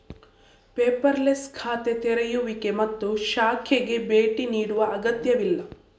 paperless ಖಾತೆ ತೆರೆಯುವಿಕೆ ಮತ್ತು ಶಾಖೆಗೆ ಭೇಟಿ ನೀಡುವ ಅಗತ್ಯವಿಲ್ಲ